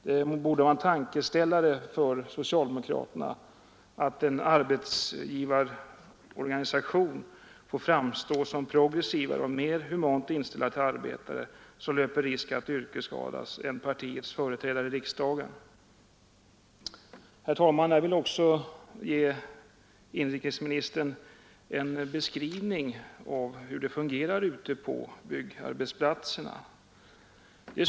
Det borde vara en tankeställare för socialdemokraterna, att en arbetsgivarorganisation får framstå som mera progressiv och mera humant inställd till arbetare som löper risk att yrkesskadas än partiets företrädare i riksdagen. Herr talman! Jag vill också ge inrikesministern en beskrivning av hur det fungerar ute på byggarbetsplatserna.